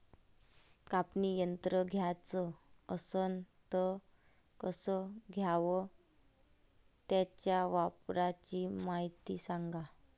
कापनी यंत्र घ्याचं असन त कस घ्याव? त्याच्या वापराची मायती सांगा